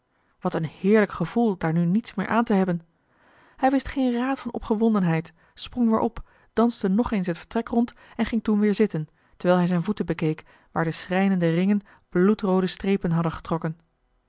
wat een heerlijk gevoel daar nu niets meer aan te hebben hij wist geen raad van opgewondenheid sprong weer op danste nog eens het vertrek rond en ging toen weer zitten terwijl hij zijn voeten bekeek waar de schrijnende ringen bloedroode streepen hadden getrokken